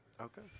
Okay